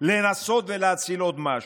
לנסות ולהציל עוד משהו.